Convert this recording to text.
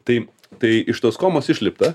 tai tai iš tos komos išlipta